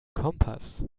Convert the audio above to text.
kompass